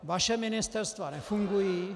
Vaše ministerstva nefungují.